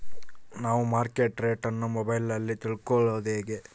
ನಾವು market rate ಅನ್ನು ಮೊಬೈಲಲ್ಲಿ ತಿಳ್ಕಳೋದು ಹೇಗೆ?